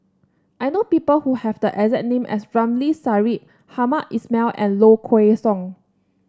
I know people who have the exact name as Ramli Sarip Hamed Ismail and Low Kway Song